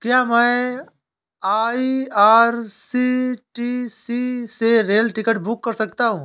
क्या मैं आई.आर.सी.टी.सी से रेल टिकट बुक कर सकता हूँ?